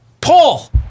Paul